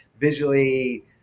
visually